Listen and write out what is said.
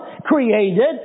created